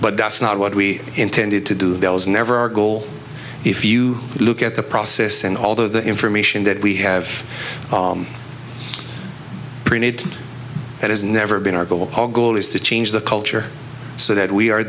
but that's not what we intended to do that was never our goal if you look at the process and although the information that we have printed it has never been our goal the goal is to change the culture so that we are